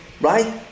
right